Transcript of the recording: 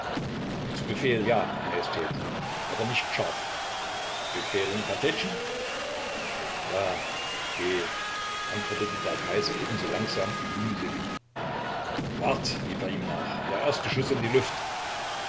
zu befehl ja majestät aber nicht scharf befehlen mit kartätschen ja geh antwortete der kaiser ebenso langsam und mühselig wart rief er ihm nach der erste schuß in die luft